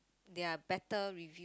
there are better review